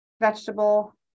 vegetable